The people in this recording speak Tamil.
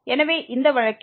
எனவே இந்த வழக்கில்